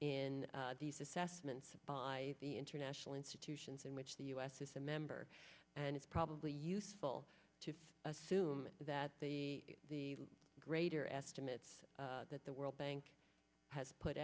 in these assessments by the international institutions in which the u s is a member and it's probably useful to assume that the greater estimates that the world bank has put